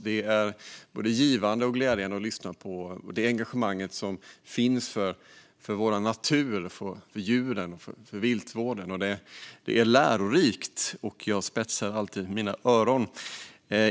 Det är både givande och glädjande att lyssna på det engagemang som finns för vår natur, för djuren och för viltvården. Det är lärorikt, och jag spetsar alltid mina öron.